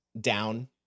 down